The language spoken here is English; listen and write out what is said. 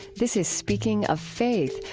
this is speaking of faith,